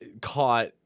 caught